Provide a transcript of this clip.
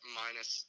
minus